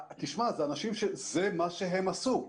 תשמע, אלה אנשים שזה מה שהם עשו.